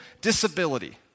disability